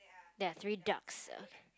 ya three ducks